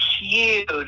huge